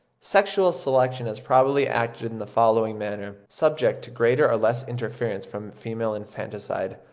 sexual selection has probably acted in the following manner, subject to greater or less interference from female infanticide,